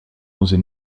onze